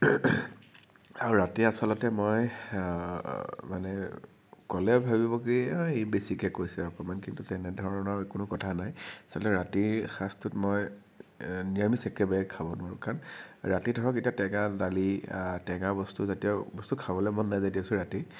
আৰু ৰাতি আচলতে মই মানে ক'লে ভাবিব কি ই বেছিকৈ কৈছে অকণমান কিন্তু তেনেধৰণৰ কোনো কথা নাই আচলতে ৰাতিৰ সাঁজটোত মই নিৰামিষ একেবাৰেই খাব নোৱাৰো কাৰণ ৰাতি ধৰক এতিয়া টেঙা দালি টেঙা বস্তুজাতীয় বস্তু খাবলৈ মন নাযায় দিয়কছোন ৰাতি